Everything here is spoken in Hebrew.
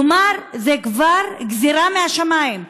כלומר, זו כבר גזרה משמים.